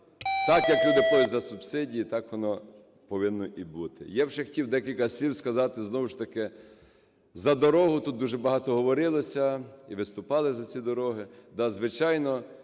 так як люди платять за субсидії, так воно і повинно бути. Я б ще хотів декілька слів сказати, знову ж таки за дорогу, тут дуже багато говорилося і виступали за ці дороги.